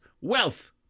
Wealth